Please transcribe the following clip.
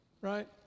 right